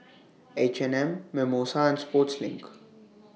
H and M Mimosa and Sportslink